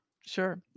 Sure